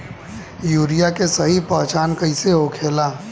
Urea के सही पहचान कईसे होखेला?